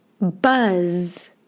Buzz